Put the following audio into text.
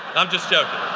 i'm just joking.